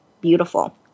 beautiful